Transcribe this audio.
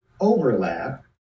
overlap